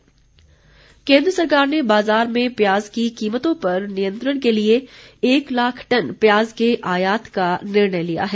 प्याज केंद्र सरकार ने बाजार में प्याज की कीमतों पर नियंत्रण के लिए एक लाख टन प्याज के आयात का निर्णय लिया है